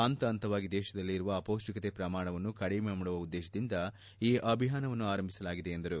ಹಂತ ಹಂತವಾಗಿ ದೇಶದಲ್ಲಿ ಇರುವ ಅಪೌಷ್ಠಿಕತೆ ಪ್ರಮಾಣವನ್ನು ಕಡಿಮೆ ಮಾಡುವ ಉದ್ದೇಶದಿಂದ ಈ ಅಭಿಯಾನವನ್ನು ಆರಂಭಿಸಲಾಗಿದೆ ಎಂದರು